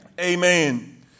amen